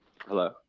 hello